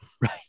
right